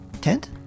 Tent